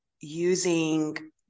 using